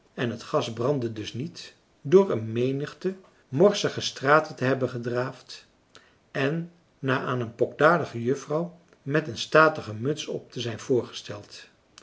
en het gas brandde dus niet door een menigte morsige straten te hebben gedraafd en na aan een pokdalige juffrouw met een statige françois haverschmidt familie en kennissen muts op te zijn voorgesteld